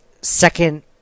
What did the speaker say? second